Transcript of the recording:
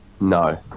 no